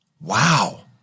Wow